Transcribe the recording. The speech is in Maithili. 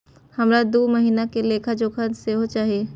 हमरा दूय महीना के लेखा जोखा सेहो चाही